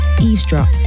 eavesdrop